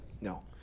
No